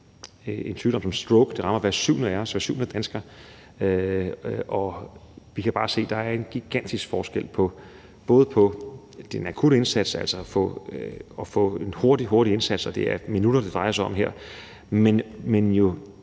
en sygdom som stroke, der rammer hver syvende dansker, kan vi bare se, at der er gigantiske forskelle, både på den akutte indsats, altså at få en hurtig, hurtig indsats, og det er minutter, det drejer sig om her, men jo